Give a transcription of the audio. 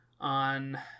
on